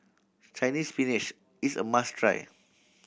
Chinese Spinach is a must try